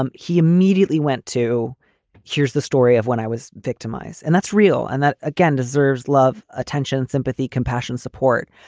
um he immediately went to here's the story of when i was victimized. and that's real. and that, again, deserves love, attention, sympathy, compassion, support.